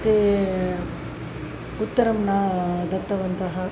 ते उत्तरं न दत्तवन्तः